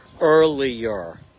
earlier